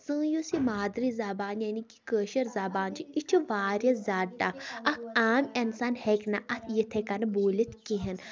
سٲنۍ یۄس یہِ مادری زبان یعنی کہِ کٲشِر زبان چھِ یہِ چھِ واریاہ زیادٕ ٹَف اَکھ عام اِنسان ہیٚکہِ نہٕ اَتھ یِتھَے کَنۍ بوٗلِتھ کِہینۍ